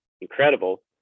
Incredible